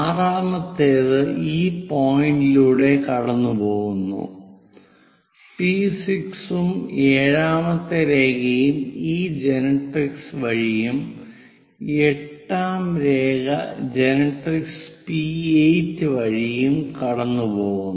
ആറാമത്തേത് ഈ പോയിന്റിലൂടെ കടന്നുപോകുന്നു പി6 ഉം ഏഴാമത്തെ രേഖ യും ഈ ജനറട്രിക്സ് വഴിയും 8 ആം രേഖ ജനറട്രിക്സ് പി8 വഴിയും കടന്നുപോകുന്നു